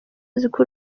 aziko